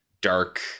dark